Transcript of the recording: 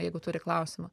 jeigu turi klausimą